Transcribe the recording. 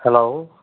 hello